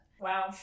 Wow